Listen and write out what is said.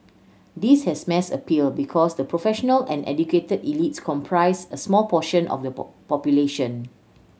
this has mass appeal because the professional and educated elites comprise a small portion of the population